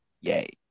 Yay